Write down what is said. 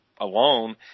alone